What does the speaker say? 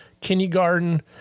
kindergarten